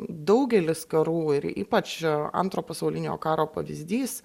daugelis karų ir ypač antro pasaulinio karo pavyzdys